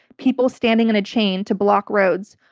people standing in a chain to block roads.